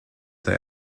they